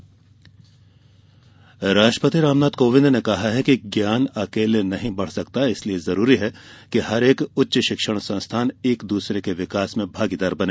राष्ट्रपति राष्ट्रपति रामनाथ कोविंद ने कहा है कि ज्ञान अकेले नहीं बढ़ सकता इसलिए जरूरी है कि प्रत्येकि उच्च शिक्षण संस्थान एक दूसरे के विकास में भागीदार बने